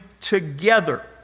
together